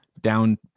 down